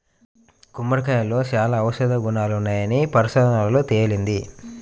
గుమ్మడికాయలో చాలా ఔషధ గుణాలున్నాయని పరిశోధనల్లో తేలింది